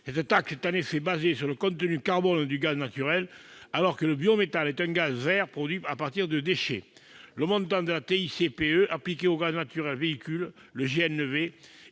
Cette taxe est, en effet, basée sur le contenu carbone du gaz naturel, alors que le biométhane est un gaz vert produit à partir de déchets. Le montant de la TICPE appliquée au gaz naturel pour véhicules, le GNV,